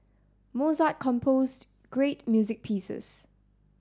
Mozart composed great music pieces